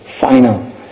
final